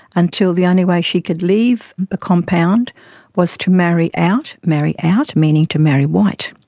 until the only way she could leave the compound was to marry out. marry out meaning to marry white.